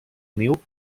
niu